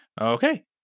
Okay